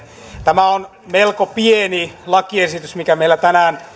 tämä on melko pieni lakiesitys mikä meillä